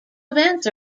events